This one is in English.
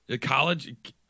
college